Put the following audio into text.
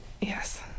yes